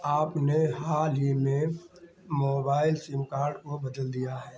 आपने हाल ही में मोबाइल सिम कार्ड को बदल दिया है